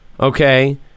okay